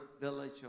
village